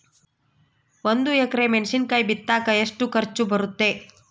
ಒಂದು ಎಕರೆ ಮೆಣಸಿನಕಾಯಿ ಬಿತ್ತಾಕ ಎಷ್ಟು ಖರ್ಚು ಬರುತ್ತೆ?